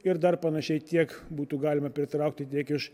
ir dar panašiai tiek būtų galima pritraukti tiek iš